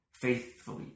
Faithfully